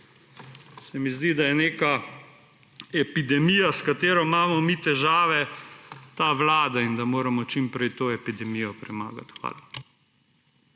Se mi zdi, da je neka epidemija, s katero imamo mi težave, ta vlada in da moramo čim prej to epidemijo premagati. Hvala.